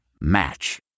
Match